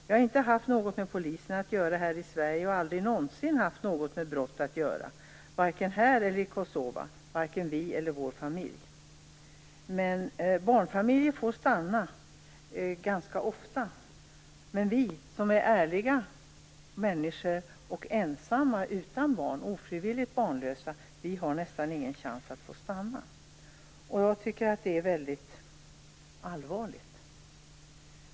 Vi har inte haft något med polisen att göra här i Sverige och aldrig någonsin haft något med brott att göra, varken här eller i Kosova, varken vi eller vår familj. Barnfamiljer får stanna ganska ofta, men vi som är ärliga människor och ensamma, utan barn, ofrivilligt barnlösa, vi har nästan ingen chans att få stanna. Dessa flyktingar tycker naturligtvis att detta är väldigt allvarligt.